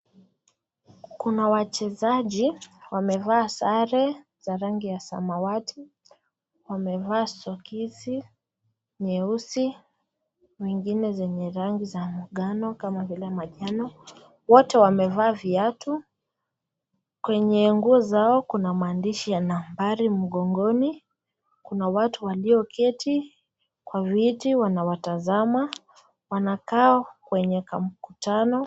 Kuna wachezaji wamevaa sare ya rangi ya Samawati, wamevaa sokisi nyeusi wengine zenye rangi za mgano kama vile majano. Wote wamevaa viatu kwenye nguo zao na maandishi ya nambari mgongoni Kuna watu walio keti kwa viti Wanawatazama wanakaa kwenye kamkutano.